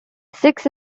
six